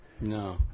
No